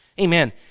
Amen